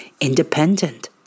independent